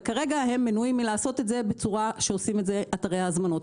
וכרגע הם מנועים מלעשות את זה בצורה שעושים את זה אתרי ההזמנות.